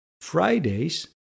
Fridays